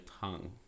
tongue